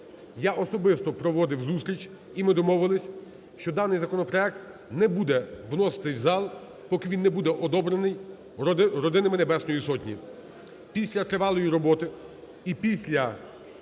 Я особисто проводив зустріч і ми домовились, що даний законопроект не буде вноситися в зал, поки він не буде одобрений родинами Небесної Сотні. Після тривалої роботи і після